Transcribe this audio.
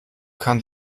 kann